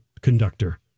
conductor